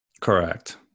correct